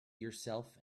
yourself